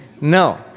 No